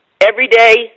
everyday